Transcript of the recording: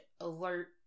alert